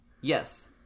Yes